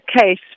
case